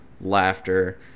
laughter